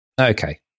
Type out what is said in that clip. okay